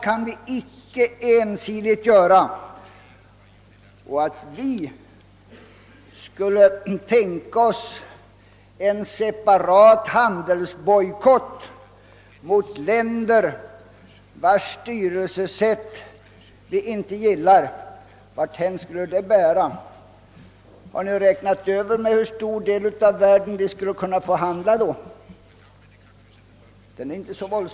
Varthän skulle det bära om vi inledde en separat handelsbojkott mot länder, vilkas styrelsesätt vi inte gillar? Har kammarens ledamöter räknat över med hur stor del av världen vi skulle kunna få handla, om vi följde denna tankegång?